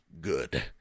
Good